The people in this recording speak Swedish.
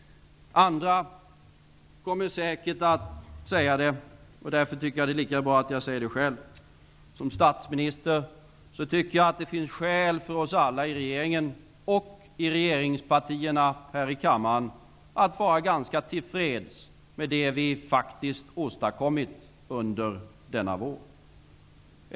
Andra kommer säkert att säga detta, och därför tycker jag att det är lika bra att säga det själv. I min egenskap av statsminister tycker jag att det finns skäl för oss alla i regeringen och i regeringspartierna i kammaren att vara ganska tillfreds med det vi faktiskt har åstadkommit under denna vår.